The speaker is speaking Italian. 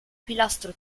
pilastro